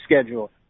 schedule